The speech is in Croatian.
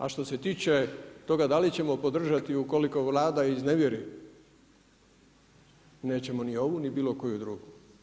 A što se tiče toga da li ćemo podržati ukoliko Vlada iznevjeri, nećemo ni ovu ni bilo koju drugu.